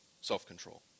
Self-control